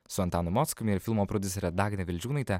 su antanu mockumi ir filmo prodiusere dagne vildžiūnaite